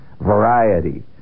variety